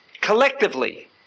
Collectively